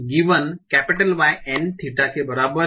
Yn theta के बराबर है